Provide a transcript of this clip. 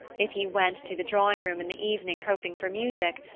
if he went to the drawing room in the evening hoping for music,